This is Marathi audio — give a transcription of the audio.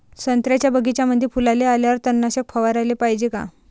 संत्र्याच्या बगीच्यामंदी फुलाले आल्यावर तननाशक फवाराले पायजे का?